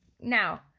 Now